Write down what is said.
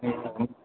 ए